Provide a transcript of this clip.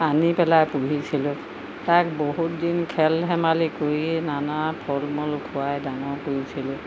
আনি পেলাই পুহিছিলোঁ তাক বহুত দিন খেল ধেমালী কৰিয়েই নানা ফল মূল খোৱাই ডাঙৰ কৰিছিলোঁ